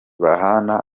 bahana